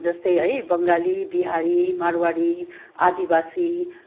जस्तै है बङ्गाली बिहारी मारवाडी आदिवासी